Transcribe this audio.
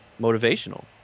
motivational